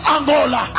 Angola